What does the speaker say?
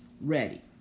ready